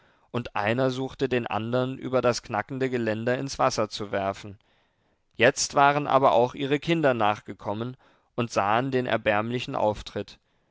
und einer suchte den andern über das knackende geländer ins wasser zu werfen jetzt waren aber auch ihre kinder nachgekommen und sahen den erbärmlichen auftritt